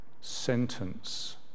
sentence